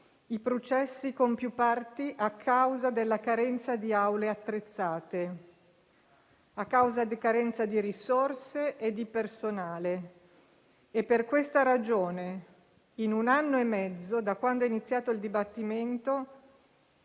i processi con più parti a causa della carenza di aule attrezzate, risorse e personale e per questa ragione in un anno e mezzo, da quando è iniziato il dibattimento,